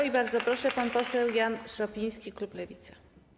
I bardzo proszę, pan poseł Jan Szopiński, klub Lewica.